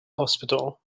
hospital